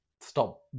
stop